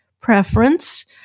preference